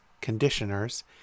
conditioners